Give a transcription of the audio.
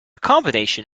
combination